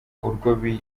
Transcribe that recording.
uburyo